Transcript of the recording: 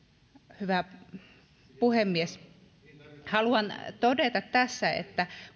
hyvä puhemies haluan todeta tässä että